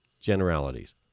generalities